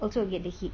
also get the heat